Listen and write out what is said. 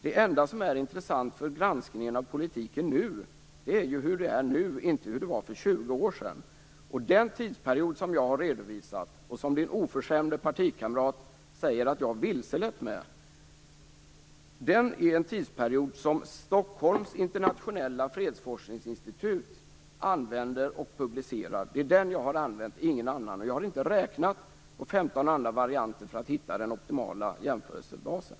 Det enda som är intressant för granskningen av politiken nu är hur det är nu, och inte hur det var för 20 år sedan. Den tidsperiod som jag har redovisat, och som Eva Goës oförskämde partikamrat säger att jag har vilselett med, är en tidsperiod som Stockholms internationella fredsforskningsinstitut använder och publicerar. Det är den jag har använt, och ingen annan. Jag har inte räknat på 15 andra varianter för att hitta den optimala jämförelsebasen.